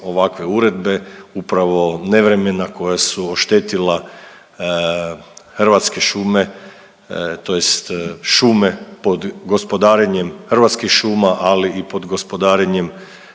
ovakve uredbe, upravo nevremena koja su oštetila hrvatske šume, tj. šume pod gospodarenjem Hrvatskih šuma, ali i pod gospodarenjem